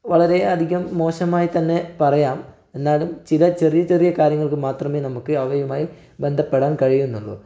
വളരെ അധികം മോശമായിത്തന്നെ പറയാം എന്നാലും ചില ചെറിയ ചെറിയ കാര്യങ്ങൾക്ക് മാത്രമേ നമുക്ക് അവരുമായി ബന്ധപ്പെടാൻ കഴിയുന്നുള്ളൂ